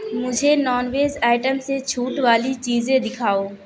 مجھے non veg item سے چھوٹ والی چیزیں دکھاؤ